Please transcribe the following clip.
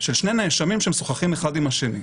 של שני הנאשמים שמשוחחים אחד עם השני.